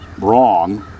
wrong